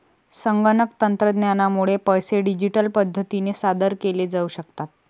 संगणक तंत्रज्ञानामुळे पैसे डिजिटल पद्धतीने सादर केले जाऊ शकतात